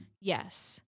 Yes